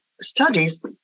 studies